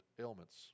ailments